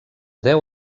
deu